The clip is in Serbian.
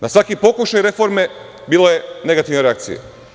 Na svaki pokušaj reforme bilo je negativne reakcije.